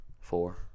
Four